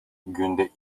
günde